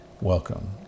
Welcome